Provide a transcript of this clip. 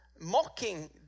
mocking